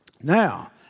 Now